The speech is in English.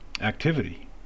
activity